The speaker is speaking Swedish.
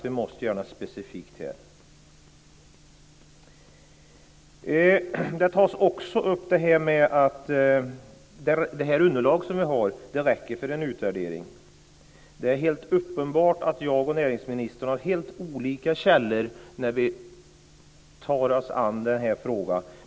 Vi måste göra något specifikt här. Det underlag som vi har räcker för en utvärdering. Det är helt uppenbart att jag och näringsministern har helt olika källor när vi tar oss an denna fråga.